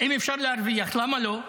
אם אפשר להרוויח, למה לא?